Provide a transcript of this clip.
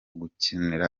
gukinira